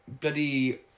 bloody